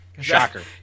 Shocker